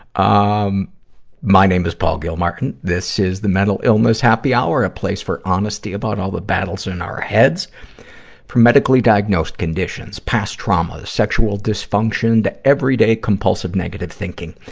um my name is paul gilmartin. this is the mental illness happy hour a place for honesty about all the battles in our heads from medically diagnosed conditions past traumas, sexual dysfunctions to everyday, compulsive negative thinking.